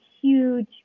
huge